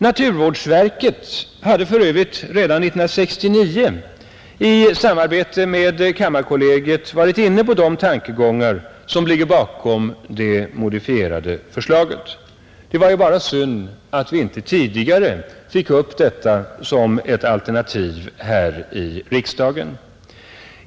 Naturvårdsverket hade för övrigt redan 1969 i samarbete med kammarkollegiet varit inne på de tankegångar som ligger bakom det modifierade förslaget; det var bara synd att vi inte tidigare fick upp detta alternativ i riksdagen.